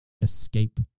escape